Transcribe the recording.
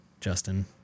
Justin